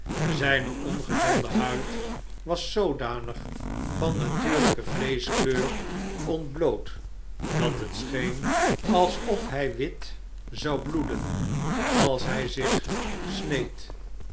zijne ongezonde huid was zoodanig van natuurlijke vleeschkleur ontbloot dat het scheen alsof hij wit zou bloeden als hij zich sneed